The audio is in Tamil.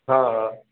ஆ ஆ